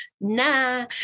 nah